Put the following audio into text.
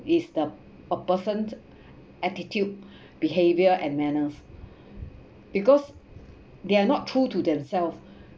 is the a person's attitude behaviour and manners because they are not true to themselves